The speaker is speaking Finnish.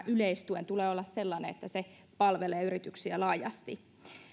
yleistuen tulee olla sellainen että se palvelee yrityksiä laajasti